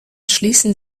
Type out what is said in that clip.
schließen